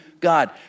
God